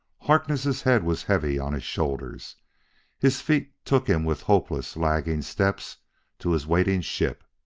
harkness' head was heavy on his shoulders his feet took him with hopeless, lagging steps to his waiting ship.